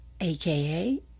aka